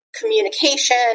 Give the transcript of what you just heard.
communication